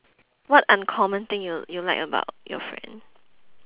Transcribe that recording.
what uncommon thing you you like about your friend